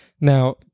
Now